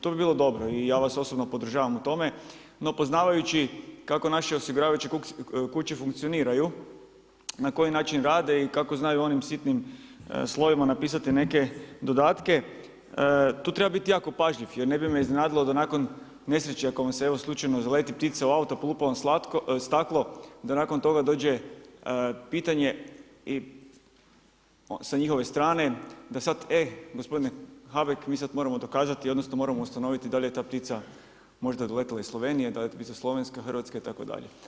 To bi bilo dobro i ja vas osobno podržavam u tome, no poznavajući kako naše osiguravajuće kuće funkcioniraju, na koji način rade i kako znaju onim sitnim slovima napisati neke dodatke, tu treba biti jako pažljiv jer ne bi me iznenadilo da nakon nesreće ako vam se slučajno zaleti ptica u auto, polupa vam staklo da nakon toga dođe pitanje i sa njihove strane da sada e gospodine Habek mi sada moramo dokazati odnosno moramo ustanoviti da li je ta ptica možda doletila iz Slovenije, da li je ptica slovenska, hrvatska itd.